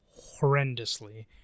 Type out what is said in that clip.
horrendously